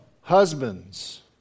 husbands